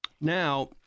Now